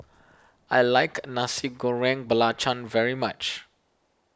I like Nasi Goreng Belacan very much